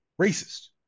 racist